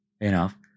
enough